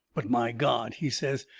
but, my god, he says,